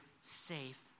safe